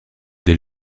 dès